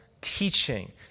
teaching